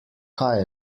kaj